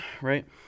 right